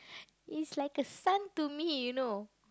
he's like a son to me you know